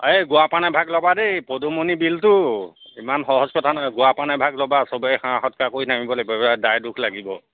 এই গোৱা পান এভাগ ল'বা দেই পদুমনি বিলতো ইমান সহজ কথা নহয় গোৱা পান এভাগ ল'বা সবেই সেৱা সৎকাৰ কৰি নামিব লাগিব দায় দোষ লাগিব